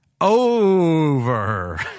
over